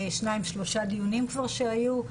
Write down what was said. שניים, שלושה דיונים כבר שהיו.